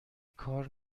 کار